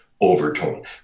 overtone